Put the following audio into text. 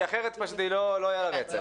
כי אחרת לא יהיה רצף.